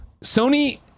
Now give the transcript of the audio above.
Sony